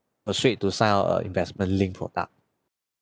persuade to sign up a investment linked product